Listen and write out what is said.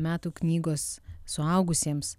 metų knygos suaugusiems